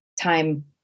time